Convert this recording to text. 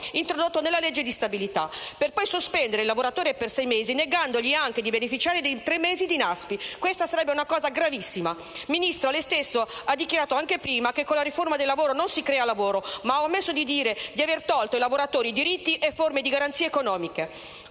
introdotto nella legge di stabilità, per poi sospendere il lavoratore per sei mesi, negandogli anche di beneficiare dei tre mesi di NASPI. Questa sarebbe una cosa gravissima. Ministro, lei stesso ha dichiarato anche prima che con la riforma del lavoro non si crea lavoro, ma ha omesso di dire di aver tolto ai lavoratori diritti e forme di garanzia economica: